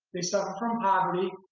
they suffer from poverty.